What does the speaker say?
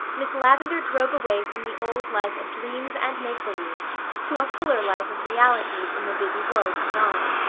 miss lavendar drove away from the old life of dreams and make-believes to a fuller life of realities in the busy world beyond.